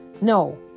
No